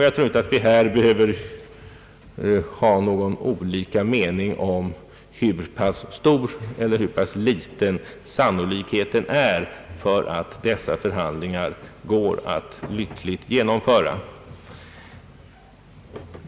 Jag tror inte att vi här behöver framföra olika meningar om hur pass stor eller hur pass liten sannolikheten är för att dessa förhandlingar går att lyckligt genomföra.